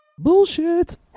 Bullshit